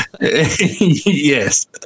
Yes